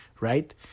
right